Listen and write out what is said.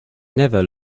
never